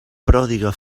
pròdiga